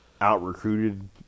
out-recruited